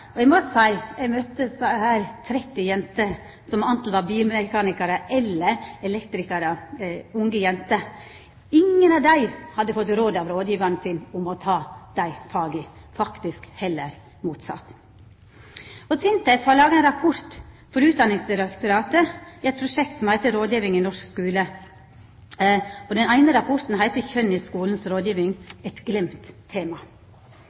møtte eg 30 unge jenter som anten var bilmekanikarar eller elektrikarar. Ingen av dei hadde fått råd av rådgjevaren sin om å ta dei faga – faktisk heller motsett! SINTEF har laga rapportar for Utdanningsdirektoratet i eit prosjekt om rådgiving i norsk skole. Den eine rapporten heiter «Kjønn i skolens rådgiving – et glemt tema?»